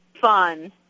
fun